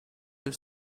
have